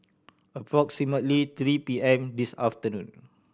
approximately three P M this afternoon